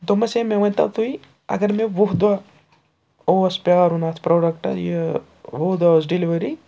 دوٚپمَس ہے مےٚ ؤنۍتو تُہۍ اَگر مےٚ وُہ دۄہ اوس پیٛارُن اَتھ پرٛوڈَکٹَہ یہِ وُہ دۄہ ٲس ڈِلؤری